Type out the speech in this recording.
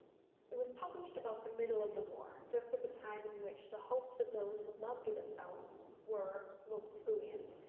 it was published about the middle of the war just at the time in which the hopes of those who loved the south were most buoyant,